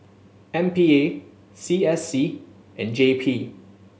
M P A C S C and J P